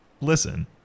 Listen